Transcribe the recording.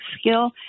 skill